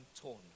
torn